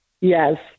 Yes